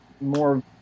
more